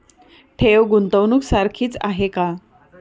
ठेव, गुंतवणूक सारखीच आहे का?